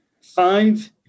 five